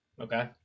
Okay